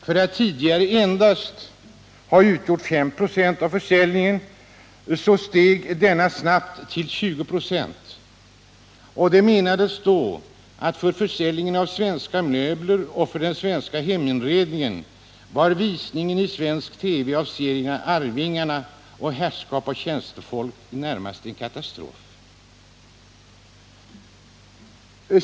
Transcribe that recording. Från att tidigare ha utgjort endast 5 96 av försäljningen steg den snabbt till 20 96. Och man menade då att för försäljningen av svenska möbler och för svensk heminredning var visningen i svensk TV av serierna Arvingarna och Herrskap och tjänstefolk närmast en katastrof.